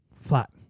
Flat